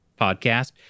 podcast